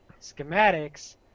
schematics